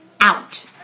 out